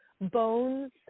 bones